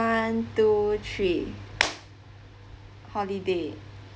one two three holiday